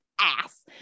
ass